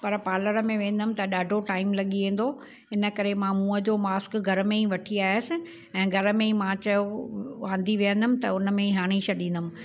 पर पार्लर में वेंदमि त ॾाढो टाइम लॻी वेंदो हिन करे मां मुंहुं जो मास्क घरु में ई वठी आयसि ऐं घरु में ई मां चयो वांदी वेहंदमि त हुनमें हणी छॾींदमि